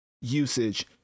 usage